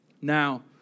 now